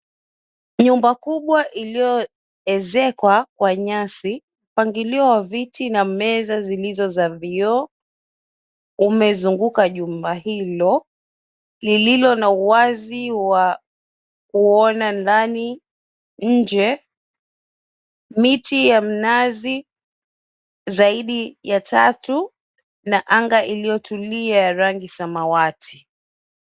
Nyumba kubwa iliyoezekwa kwa nyasi , mpangilio wa viti na meza zilizo za vyoo umezunguka jumba hilo lililo na wazi wa kuona ndani. Nje mti ya mnazi zaidi ya tatu na anga iliyotulia ya rangi ya samawati.